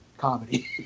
comedy